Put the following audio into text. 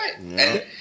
right